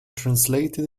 translated